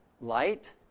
light